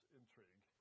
intrigue